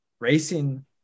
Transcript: racing